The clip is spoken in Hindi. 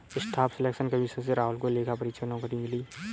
स्टाफ सिलेक्शन कमीशन से राहुल को लेखा परीक्षक नौकरी मिली